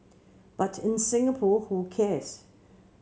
but in Singapore who cares